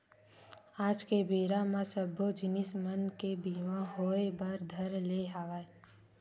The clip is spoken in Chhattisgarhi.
आज के बेरा म सब्बो जिनिस मन के बीमा होय बर धर ले हवय